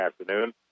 afternoon